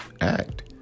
act